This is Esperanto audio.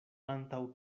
antaŭ